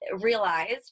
realized